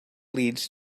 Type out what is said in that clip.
leads